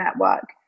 network